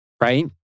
right